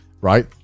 right